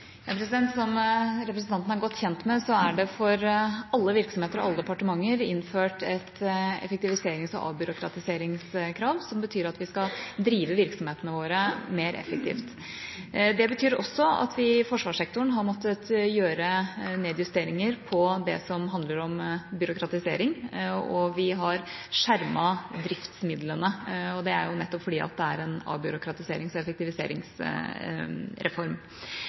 Som representanten er godt kjent med, er det for alle virksomheter og alle departementer innført et effektiviserings- og avbyråkratiseringskrav som betyr at vi skal drive virksomhetene våre mer effektivt. Det betyr også at vi i forsvarssektoren har måttet gjøre nedjusteringer på det som handler om byråkratisering, og vi har skjermet driftsmidlene. Det er jo nettopp fordi det er en avbyråkratiserings- og effektiviseringsreform.